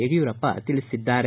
ಯಡಿಯೂರಪ್ಪ ತಿಳಿಸಿದ್ದಾರೆ